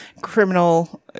criminal